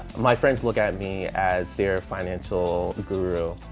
my friends look at me as their financial guru,